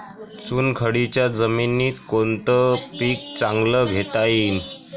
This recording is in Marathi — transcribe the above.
चुनखडीच्या जमीनीत कोनतं पीक चांगलं घेता येईन?